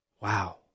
Wow